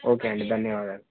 okay అండి ధన్యవాదాలు